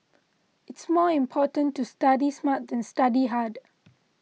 it's more important to study smart than to study hard